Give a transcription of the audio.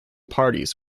parties